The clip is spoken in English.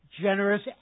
generous